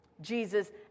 Jesus